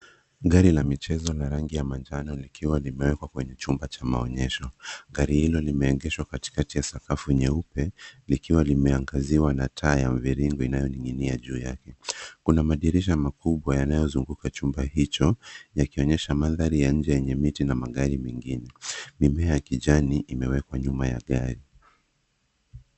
Gari la michezo la rangi ya manjano nikiwa nimewekwa kwenye chumba cha maonyesho. Gari hilo limeengeshwa katikati ya sakafu nyeupe likiwa limeangaziwa na taa ya mviringo inayoning'inia juu yake. Kuna madirisha makubwa yanayozunguka chumba hicho yakionyesha madhara ya nje yenye miti na magari mengine. Mimea ya jirani imewekwa nyuma ya gari.